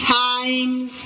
times